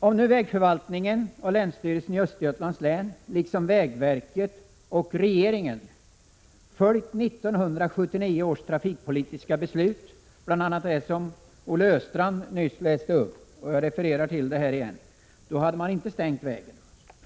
Om nu vägförvaltningen och länsstyrelsen i Östergötlands län, liksom vägverket och regeringen, hade följt 1979 års trafikpolitiska beslut — bl.a. det som Olle Östrand nyss läste upp, och som jag refererar till igen — hade man inte stängt vägen.